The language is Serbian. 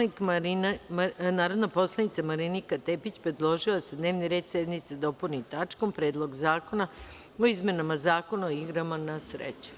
Narodna poslanica Marinika Tepić predložila je da se dnevni red sednice dopuni tačkom – Predlog zakona o izmenama Zakona o igrama na sreću.